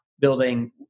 building